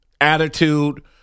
attitude